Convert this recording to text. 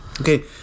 Okay